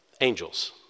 Angels